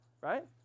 right